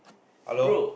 hello